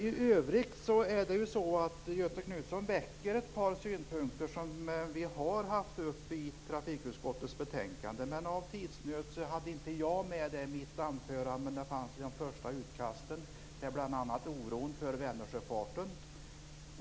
I övrigt tar Göthe Knutson upp ett par synpunkter som vi har behandlat i utskottets betänkande, men av tidsnöd hann jag inte att ta upp dessa i mitt huvudanförande. Det gäller bl.a. oron för Vänernsjöfarten.